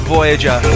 Voyager